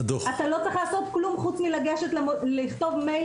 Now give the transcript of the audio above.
אתה לא צריך לעשות כלום חוץ מלכתוב מייל